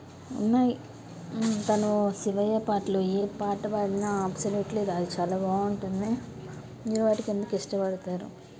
ఉన్నాయి తను శివయ్య పాటలు ఏ పాట పాడిన అబ్సల్యూట్లీ అది చాలా బాగుంటుంది మీరు వాటికి ఎందుకు ఇష్టపడతారు